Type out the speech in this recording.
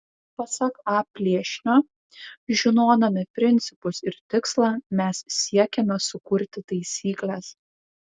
pasak a plėšnio žinodami principus ir tikslą mes siekiame sukurti taisykles